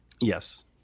Yes